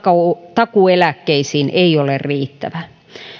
takuueläkkeisiin ei ole riittävä